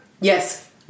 Yes